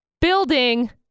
Building